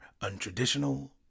untraditional